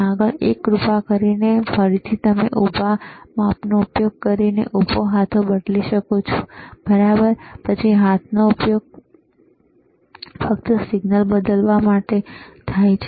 આગળ 1 કૃપા કરીનેફરીથી તમે ઉભા માપનો ઉપયોગ કરીને ઉભો હાથો બદલી શકો છો બરાબર પછી હાથનો ઉપયોગ ફક્ત સિગ્નલને બદલવા માટે છે